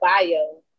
bio